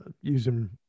using